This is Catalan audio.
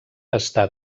està